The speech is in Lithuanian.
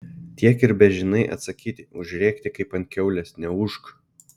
tiek ir bežinai atsakyti užrėkti kaip ant kiaulės neūžk